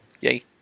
yay